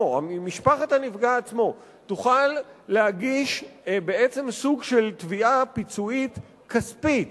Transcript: או משפחת הנפגע עצמו תוכל להגיש בעצם סוג של תביעה פיצויית כספית